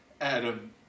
Adam